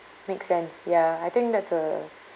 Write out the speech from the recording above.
make sense ya I think that's a